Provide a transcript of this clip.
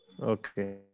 Okay